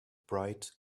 bright